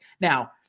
Now